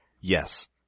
Yes